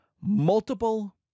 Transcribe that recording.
Multiple